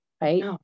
right